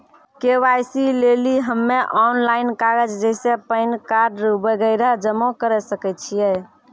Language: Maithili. के.वाई.सी लेली हम्मय ऑनलाइन कागज जैसे पैन कार्ड वगैरह जमा करें सके छियै?